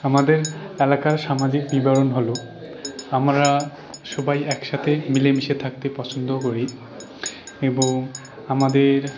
আমাদের এলাকার সামাজিক বিবরণ হলো আমরা সবাই একসাথে মিলেমিশে থাকতে পছন্দ করি এবং আমাদের